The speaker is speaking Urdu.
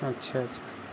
اچھا اچھا